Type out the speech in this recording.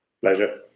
Pleasure